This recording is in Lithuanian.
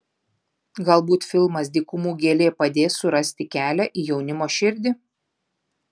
galbūt filmas dykumų gėlė padės surasti kelią į jaunimo širdį